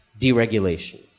deregulation